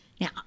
Now